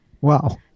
Wow